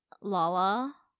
Lala